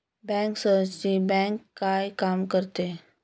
बँकर्सची बँक काय काम करते?